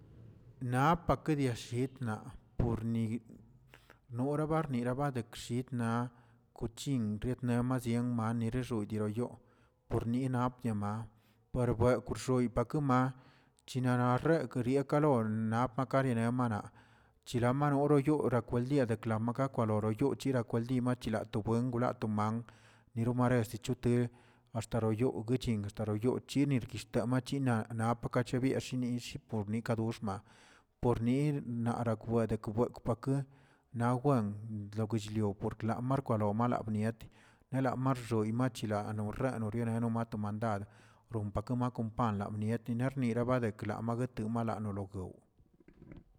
Napake diashitnaꞌ pornigꞌ norabarnira badekshikna kuchin ried masien marexo dieroꞌ yoo ni naptiemaꞌ por bekwꞌ xoypakema china narekꞌ riekalor napa kaririemana, chirama noroyoo rakwaldie klama gakwloroyoo chirakwaldima chilatoweng lo to mangw niromaresichute axtaroyoo ching axtaroyoo yinirki shtamachina napa kachebieꞌshinish por nikadoxmaꞌa por nir narakwe nakebekwpake naꞌ wen loguell lio lamarkwalo malabniet nela maxxoo machila norra noriereno matomandad rompakemako kon pan lamiet dii nietrniraba deklam etemnialanonog.